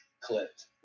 clipped